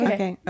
Okay